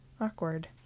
awkward